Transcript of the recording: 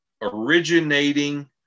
originating